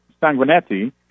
Sanguinetti